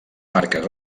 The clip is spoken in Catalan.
marques